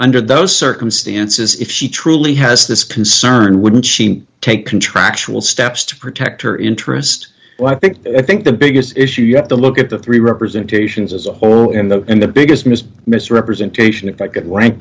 under those circumstances if she truly has this concern wouldn't she take contractual steps to protect her interest i think i think the biggest issue you have to look at the three representation is as a whole and the and the biggest missed misrepresentation if i could rank